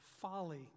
folly